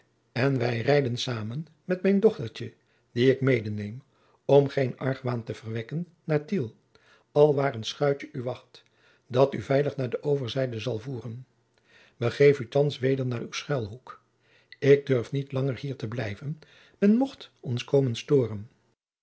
en wij rijden samen met mijn dochtertje die ik medeneem om geen argwaan te verwekken naar tiel alwaar een schuitje u wacht dat u veilig naar de overzijde zal voeren begeef u thands weder naar uw schuilhoek ik durf niet langer hier te blijven men mocht ons komen storen